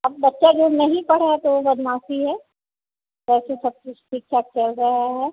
अब बच्चा जो नहीं पढ़ा रहा तो वह बदमाशी है वैसे सब कुछ ठीक ठाक चल रहा है